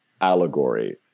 allegory